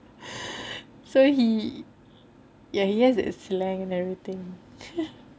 so he ya he has a slang and everything